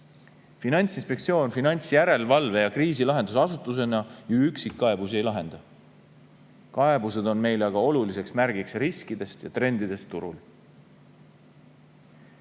Finantsinspektsioon finantsjärelevalve‑ ja kriisilahendusasutusena ju üksikkaebusi ei lahenda. Kaebused on meile oluliseks märgiks riskidest ja trendidest turul.